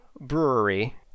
brewery